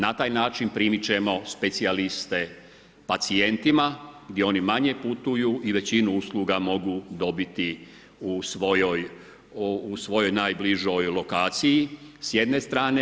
Na taj način primiti ćemo specijaliste pacijentima gdje oni manje putuju i većinu usluga mogu dobiti u svojoj najbližoj lokaciji s jedne strane.